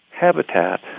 habitat